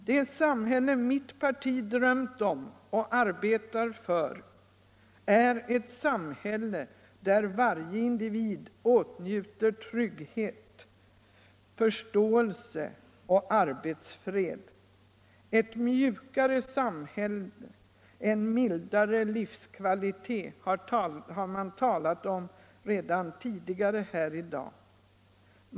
Det samhälle som mitt parti drömt om och arbetar för är ett samhälle där varje individ åtnjuter trygghet, förståelse och arbetsfred. Ett mjukare samhälle och en mildare livskvalitet har det talats om redan tidigare här i dag.